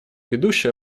ведущую